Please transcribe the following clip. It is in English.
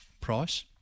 Price